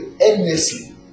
endlessly